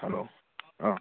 hello